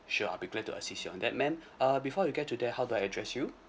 sure I'll be glad to assist you on that man uh before we get to there how do I address you